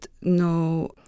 no